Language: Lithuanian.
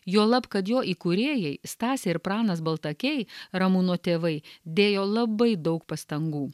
juolab kad jo įkūrėjai stasė ir pranas baltakiai ramūno tėvai dėjo labai daug pastangų